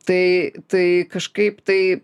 tai tai kažkaip tai